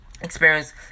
experience